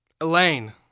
Elaine